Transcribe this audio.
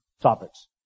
topics